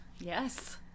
yes